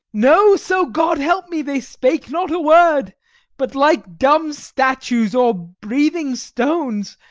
no, so god help me, they spake not a word but, like dumb statues or breathing stones,